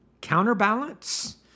counterbalance